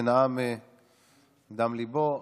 שנאם מדם ליבו.